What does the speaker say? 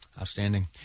Outstanding